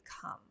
come